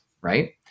right